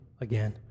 again